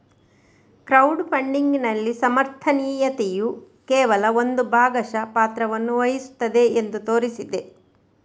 crowd ಫಂಡಿಗಿನಲ್ಲಿ ಸಮರ್ಥನೀಯತೆಯು ಕೇವಲ ಒಂದು ಭಾಗಶಃ ಪಾತ್ರವನ್ನು ವಹಿಸುತ್ತದೆ ಎಂದು ತೋರಿಸಿದೆ